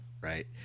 Right